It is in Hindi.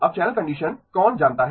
अब चैनल कंडीशन कौन जानता है